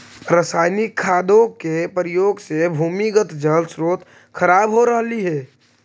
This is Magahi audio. रसायनिक खादों के प्रयोग से भूमिगत जल स्रोत खराब हो रहलइ हे